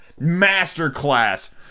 masterclass